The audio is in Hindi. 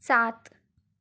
सात